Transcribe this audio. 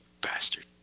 bastard